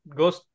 goes